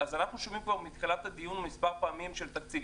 אנחנו שומעים כבר מתחילת הדיון מספר פעמים את נושא התקציב.